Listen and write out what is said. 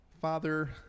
Father